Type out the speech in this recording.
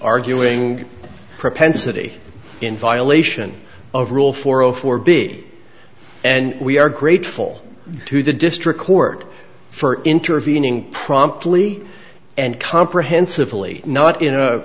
arguing propensity in violation of rule four zero four big and we are grateful to the district court for intervening promptly and comprehensively not in a